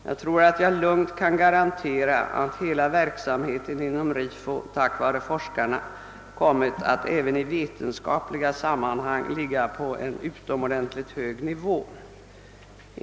Jag tror att jag lugnt kan garantera att hela verksamheten inom RIFO, tack vare forskarna, kommit att även i vetenskapligt sammanhang ligga på en utomordentligt hög nivå.